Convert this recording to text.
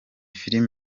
film